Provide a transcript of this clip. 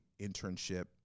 internship